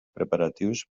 preparatius